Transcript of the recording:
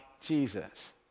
Jesus